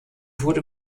wurde